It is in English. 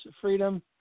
freedom